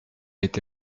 été